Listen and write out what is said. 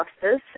justice